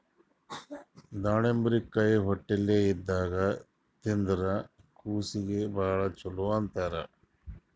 ದಾಳಿಂಬರಕಾಯಿ ಹೊಟ್ಲೆ ಇದ್ದಾಗ್ ತಿಂದ್ರ್ ಕೂಸೀಗಿ ಭಾಳ್ ಛಲೋ ಅಂತಾರ್